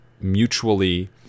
mutually